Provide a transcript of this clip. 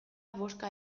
bozka